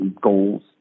goals